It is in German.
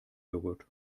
jogurt